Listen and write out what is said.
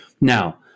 Now